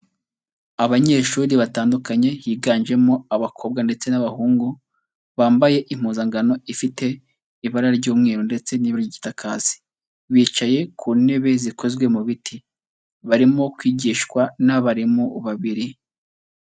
Abanyeshuri batandukanye higanjemo abakobwa ndetse n'abahungu, bambaye impuzankano ifite ibara ry'umweru ndetse n'ibara ry'igitakazi, bicaye ku ntebe zikozwe mu biti, barimo kwigishwa n'abarimu babiri.